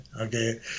Okay